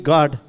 God